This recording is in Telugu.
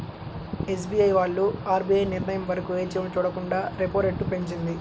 ఎస్బీఐ వాళ్ళు ఆర్బీఐ నిర్ణయం వరకు వేచి చూడకుండా రెపో రేటును పెంచింది